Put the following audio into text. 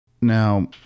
Now